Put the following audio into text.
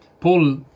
Paul